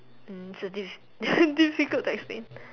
um so this is this is difficult to explain